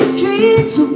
Streets